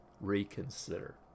reconsider